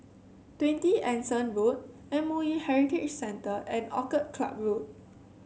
Twenty Anson Road M O E Heritage Centre and Orchid Club Road